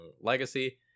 Legacy